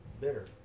bitter